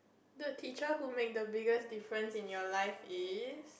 the teacher who make the biggest difference in your life is